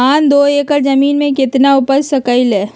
धान दो एकर जमीन में कितना उपज हो सकलेय ह?